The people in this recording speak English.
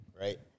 right